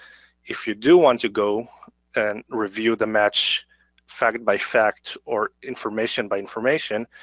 if you do want to go and review the match fact by fact, or information by information,